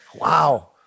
wow